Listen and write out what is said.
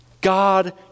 God